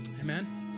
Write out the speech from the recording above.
Amen